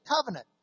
covenant